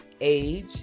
age